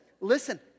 listen